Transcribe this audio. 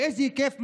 באיזה היקף?